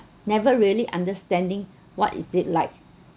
never really understanding what is it life